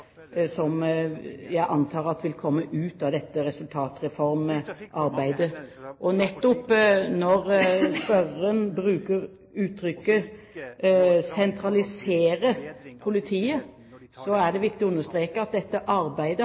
jeg antar vil komme ut av dette resultatreformarbeidet. Og nettopp når spørreren bruker uttrykket «sentralisering av politiet», er det viktig å understreke at dette arbeidet